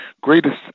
greatest